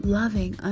loving